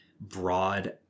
broad